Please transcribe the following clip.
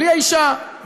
בלי האישה,